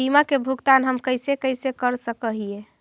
बीमा के भुगतान हम कैसे कैसे कर सक हिय?